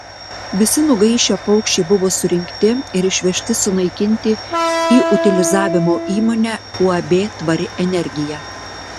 visi nugaišę paukščiai buvo surinkti ir išvežti sunaikinti į utilizavimo įmonę uab tvari energija